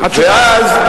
מאה אחוז.